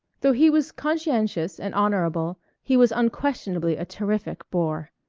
though he was conscientious and honorable, he was unquestionably a terrific bore.